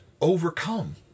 overcome